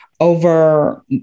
Over